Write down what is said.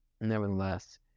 nevertheless